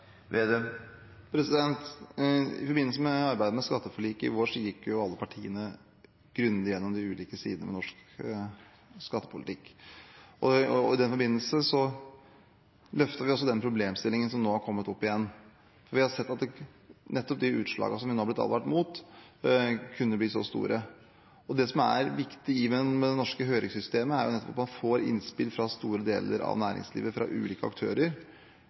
ved norsk skattepolitikk, og i den forbindelse løfter vi også den problemstillingen som nå har kommet opp igjen. Vi har sett at nettopp de utslagene som vi nå har blitt advart mot, kunne bli så store. Det som er viktig med det norske høringssystemet, er at man får innspill fra store deler av næringslivet fra ulike